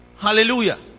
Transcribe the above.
Hallelujah